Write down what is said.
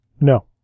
No